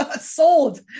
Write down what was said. sold